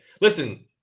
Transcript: Listen